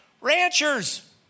Ranchers